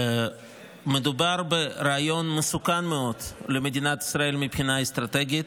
מדובר ברעיון מסוכן מאוד למדינת ישראל מבחינה אסטרטגית,